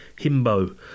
Himbo